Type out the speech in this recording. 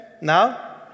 now